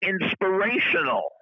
inspirational